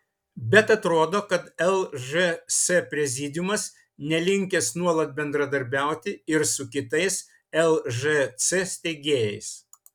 bet atrodo kad lžs prezidiumas nelinkęs nuolat bendradarbiauti ir su kitais lžc steigėjais